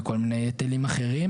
וכל מיני היטלים אחרים